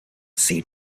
see